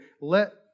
let